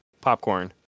popcorn